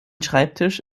schreibtisch